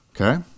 okay